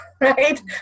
right